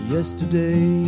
Yesterday